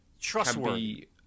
trustworthy